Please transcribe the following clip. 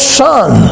son